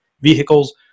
vehicles